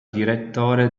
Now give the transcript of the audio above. direttore